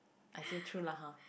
I say true lah !huh!